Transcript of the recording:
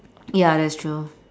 ya that's true